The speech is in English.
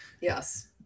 Yes